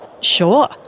sure